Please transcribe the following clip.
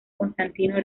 constantino